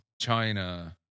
China